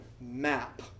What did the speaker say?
map